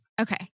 okay